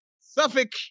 Suffolk